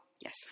Yes